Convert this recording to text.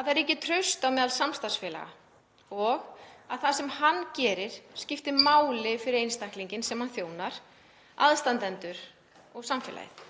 að traust ríki á meðal starfsfélaga, að það sem hann gerir skipti máli fyrir skjólstæðing hans, aðstandendur og samfélagið.